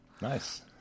Nice